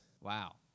Wow